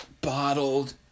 bottled